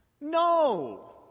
No